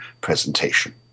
presentation